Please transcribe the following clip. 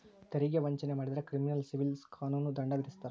ತೆರಿಗೆ ವಂಚನೆ ಮಾಡಿದ್ರ ಕ್ರಿಮಿನಲ್ ಸಿವಿಲ್ ಕಾನೂನು ದಂಡ ವಿಧಿಸ್ತಾರ